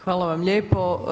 Hvala vam lijepo.